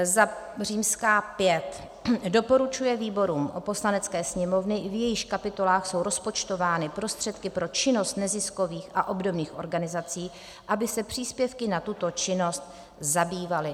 V. doporučuje výborům Poslanecké sněmovny, v jejichž kapitolách jsou rozpočtovány prostředky pro činnost neziskových a obdobných organizací, aby se příspěvky na tuto činnost zabývaly.